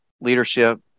leadership